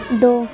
دو